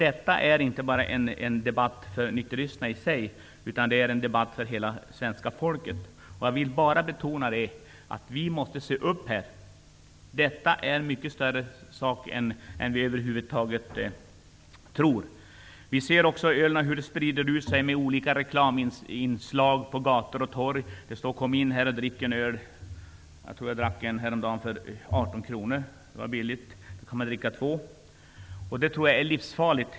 Detta är inte bara en debatt för nykteristerna utan för hela svenska folket. Jag vill betona att vi måste se upp. Ölkonsumtionen är ett mycket större problem än vad vi tror. Vi ser hur restauranger gör reklam för öl på gator och torg. Det står ''Kom in här och drick en öl!''. Jag tror att jag drack en häromdagen för 18 kr. Det var så billigt att man kan dricka två. Detta tror jag är livsfarligt.